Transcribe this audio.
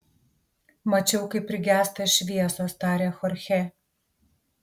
mačiau kaip prigęsta šviesos tarė chorchė